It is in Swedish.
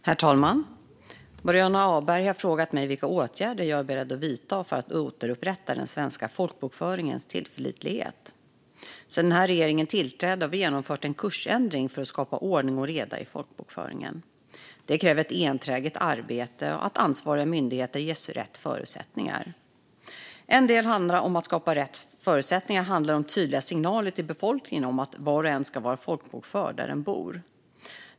Herr talman! Boriana Åberg har frågat mig vilka åtgärder jag är beredd att vidta för att återupprätta den svenska folkbokföringens tillförlitlighet. Sedan den här regeringen tillträdde har vi genomfört en kursändring för att skapa ordning och reda i folkbokföringen. Det kräver ett enträget arbete och att ansvariga myndigheter ges rätt förutsättningar. En del i att skapa rätt förutsättningar handlar om tydliga signaler till befolkningen om att var och en ska vara folkbokförd där den bor.